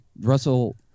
Russell